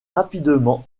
rapidement